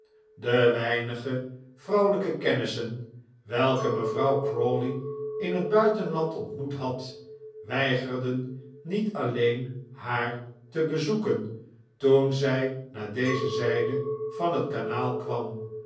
de weinige vrouwelijke kennissen welke mevrouw crawley in het buitenland ontmoet had weigerden niet alleen haar te bezoeken toen zij naar deze zijde van het kanaal kwam